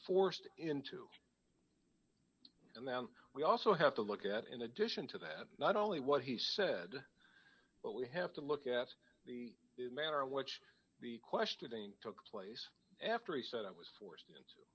forced into it and then we also have to look at in addition to that not only what he said but we have to look at the manner in which the questioning took place after he said it was for